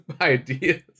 ideas